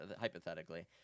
hypothetically